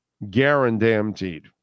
Guaranteed